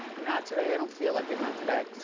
not today. i don't feel like it, not today.